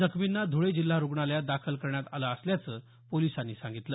जखमींना धुळे जिल्हा रुग्णालयात दाखल करण्यात आलं असल्याचं पोलिसांनी सांगितलं